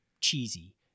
cheesy